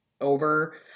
over